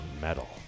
Metal